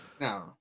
no